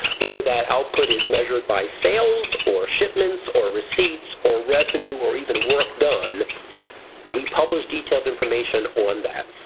whether that output is measured by sales or shipments or receipts or revenue or even work done we publish detailed information on that.